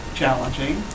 challenging